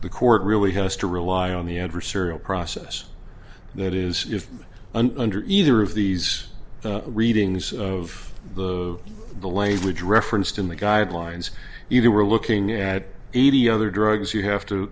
the court really has to rely on the adversarial process that is under either of these readings of the the language referenced in the guidelines you know we're looking at eighty other drugs you have to